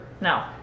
No